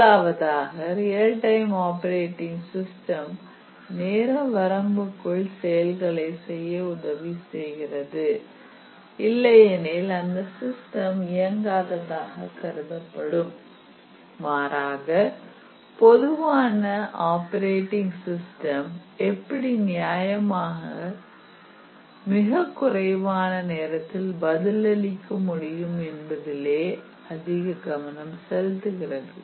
முதலாவதாக real time operating system நேர வரம்புக்குள் செயல்களை செய்ய உதவி செய்கிறது இல்லையெனில் அந்த சிஸ்டம் இயங்காததாக கருதப்படும் மாறாக பொதுவான ஆப்பரேட்டிங் சிஸ்டம் எப்படி நியாயமாக மிகக் குறைவான நேரத்தில் பதிலளிக்க முடியும் என்பதிலே அதிக கவனம் செலுத்துகிறது